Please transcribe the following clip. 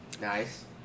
Nice